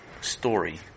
story